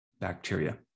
bacteria